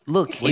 Look